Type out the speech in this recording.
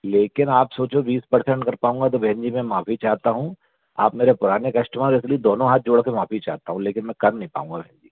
लेकिन आप सोचो बीस परसेंट कर पाऊंगा तो बहन जी मैं माफी चाहता हूँ आप मेरे पुराने कस्टमर इसलिए दोनों हाथ जोड़ कर माफ़ी चाहता हूँ लेकिन कर नहीं पाऊंगा बहन जी